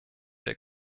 der